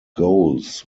goals